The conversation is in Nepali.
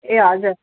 ए हजुर